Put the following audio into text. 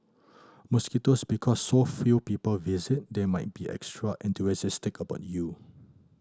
mosquitoes because so few people visit they might be extra enthusiastic about you